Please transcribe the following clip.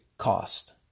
cost